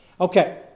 Okay